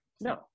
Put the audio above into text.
No